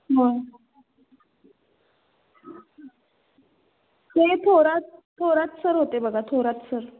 हो ते थोरात थोरात सर होते बघा थोरात सर